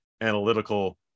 analytical